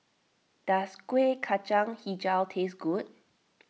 does Kuih Kacang HiJau taste good